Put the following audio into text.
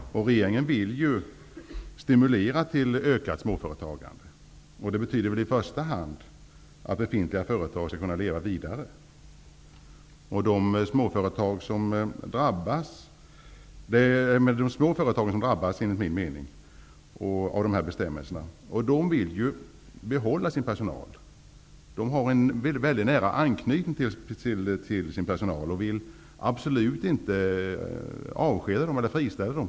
Regeringen vill ju stimulera till ökat småföretagande. Det betyder väl i första hand att befintliga företag skall kunna leva vidare. Det är enligt min mening småföretag som drabbas av dessa bestämmelser, och dessa företag vill ju behålla sin personal. De har en mycket nära anknytning till sin personal och vill absolut inte avskeda den eller friställa den.